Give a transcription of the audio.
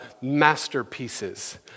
masterpieces